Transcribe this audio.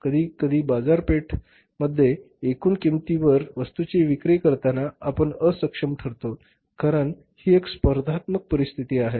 कधी कधी बाजारपेठे मध्ये एकूण किमतींवर वस्तूची विक्री करताना आपण असक्षम ठरतो कारण ही एक स्पर्धात्मक परिस्थिती आहे